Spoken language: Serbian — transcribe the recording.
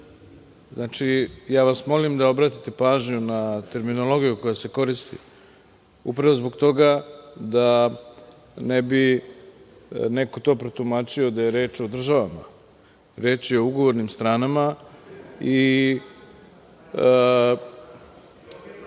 Molim vas da obratite pažnju na terminologiju koja se koristi, upravo zbog toga da ne bi neko to protumačio da je reč o državama. Reč je o ugovornim stranama i